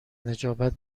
نجابت